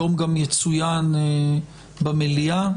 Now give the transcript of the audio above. היום גם יצוין במליאה.